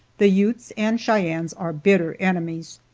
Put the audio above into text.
the utes and cheyennes are bitter enemies.